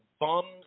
bums